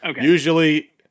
Usually